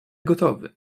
gotowy